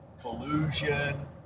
collusion